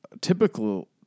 typical